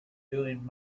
doing